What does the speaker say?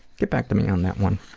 get back to me on that one.